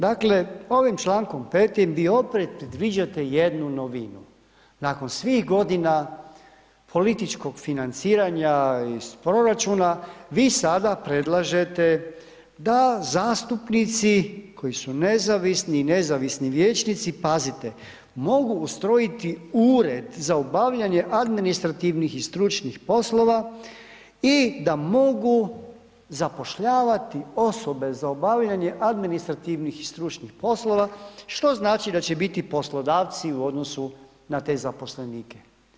Dakle, ovim člankom 5. vi opet predviđate jednu novinu, nakon svih godina, političkog financiranja iz proračuna, vi sada predlažete, da zastupnici koji su nezavisni i nezavisni vijećnici, pazite, mogu ustrojiti ured za obavljanje administrativnih i stručnih poslova, i da mogu zapošljavati osobe za obavljanje administrativnih i stručnih poslova, što znači da će biti poslodavci u odnosi na te zaposlenike.